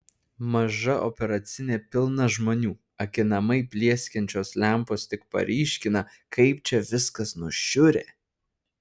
maža operacinė pilna žmonių akinamai plieskiančios lempos tik paryškina kaip čia viskas nušiurę